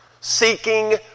Seeking